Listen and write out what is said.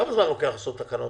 כמה זמן לוקח לעשות תקנות